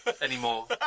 anymore